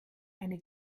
eine